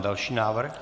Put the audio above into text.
Další návrh.